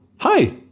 hi